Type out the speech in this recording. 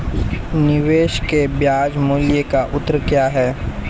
निवेश के ब्याज मूल्य का अर्थ क्या है?